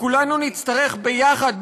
שכולנו נצטרך ביחד,